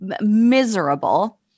miserable